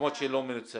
ממקומות שלא מנוצלים.